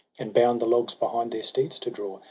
and bound the logs behind their steeds to draw,